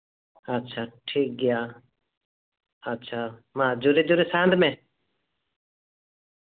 ᱟᱪᱪᱷᱟ ᱴᱷᱤᱠᱜᱮᱭᱟ ᱟᱪᱪᱷᱟ ᱢᱟ ᱡᱳᱨᱮ ᱡᱳᱨᱮ ᱥᱟᱸᱦᱮᱫ ᱢᱮ